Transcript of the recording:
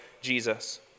Jesus